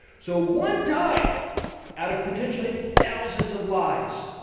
so one time out of potentially thousands of lies,